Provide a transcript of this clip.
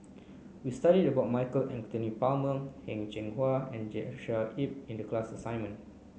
we studied about Michael Anthony Palmer Heng Cheng Hwa and Joshua Ip in the class assignment